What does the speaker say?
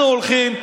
אנחנו הולכים,